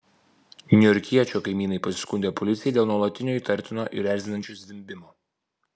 niujorkiečio kaimynai pasiskundė policijai dėl nuolatinio įtartino ir erzinančio zvimbimo